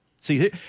See